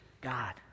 God